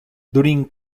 during